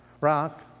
rock